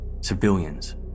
civilians